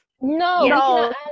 No